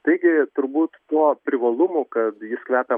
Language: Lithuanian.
taigi turbūt tuo privalumu kad jis kvepia